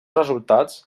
resultats